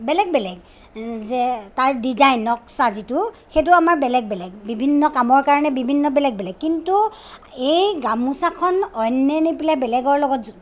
বেলেগ বেলেগ যে তাৰ ডিজাইন নক্সা যিটো সেইটো আমাৰ বেলেগ বেলেগ বিভিন্ন কামৰ কাৰণে বিভিন্ন বেলেগ বেলেগ কিন্তু এই গামোচাখন অন্যান্য়বিলাক বেলেগৰ লগত